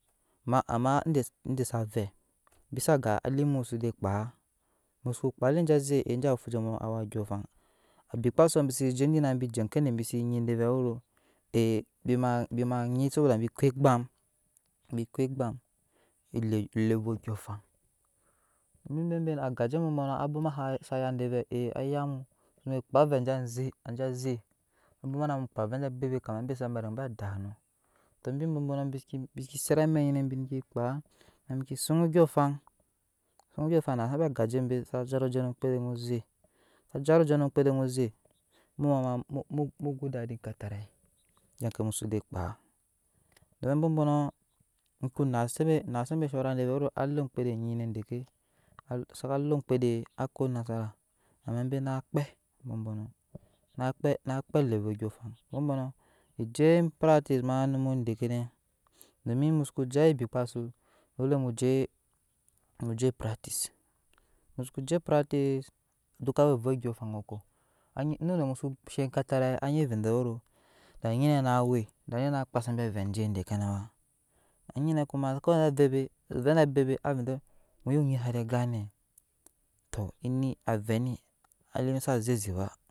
Amma-amma ende-ende sa vɛ bisa ga alimu so zɛ kpa emu so kpa ah anje aze anje fuje mu awa odyoŋ afaŋ abikpasu embi sena je dana embi je oŋke de embise ma nyi soboda embi ma eŋke egbam-embi ma eŋk egbam elee ovɛ odɔŋ afaŋ embe-mbe ne agaje ambɔ-mbɔnɔ abwoma sa-sa ya de vɛ a aya mu so bwe jo kpaa avɛ anje anziŋ anje aze abwoma mu bwe zo kpaa avɛ anje bebe kama embe sa be ba dak nɔ to embi mbɔ-mbonɔ embi seke sera amɛk nyine embi nreke kpaa nan embi ke suŋ odyoŋ afaŋ neke suŋ afaŋ a jambi agaje embe sa zaroje eme oŋkpede oze sa jaroje eme oŋkpede oze mu maa-mo-mu gedadi katargi egya eŋke amu so zɛ kpaa domi ambɔ-mbɔnɔ muso nase nase embe oshɔra ve de ve alee oŋkpede ne deke saka lee oŋkpede ako nasara amma embe na kpe ambɔ-mbɔnɔ. na kpel na kpe lee vɛ odyɔŋ afaŋ ambɔ-mbɔnɔ enje proctice maa onum edekene domi mu soko je awa hikpasu domi mu soko awa bikpasu dole mu je pratice mu soko je practice duka wei ouɛ odyɔŋ afaŋɔkɔ anyi nu num mu so she ekatarai anyi ve dekero anyi ve endenero da nyine na wei da ni na kpasa embi avɛ enge dekene ba. enyi kuma kuwe anje abebe avɛ anje bebe aⱱɛ dena mu yo nyi sa zɛ gan ne to eni avɛ ni sa diga na zeze ba.